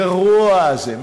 הגרוע הזה.